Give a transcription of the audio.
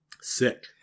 Sick